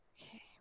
Okay